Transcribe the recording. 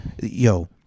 yo